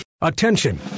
Attention